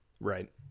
Right